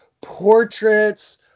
portraits